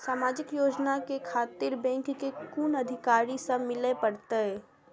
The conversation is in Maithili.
समाजिक योजना खातिर बैंक के कुन अधिकारी स मिले परतें?